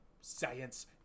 science